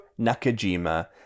Nakajima